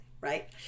right